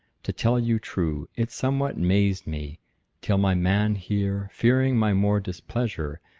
to tell you true, it somewhat mazed me till my man, here, fearing my more displeasure,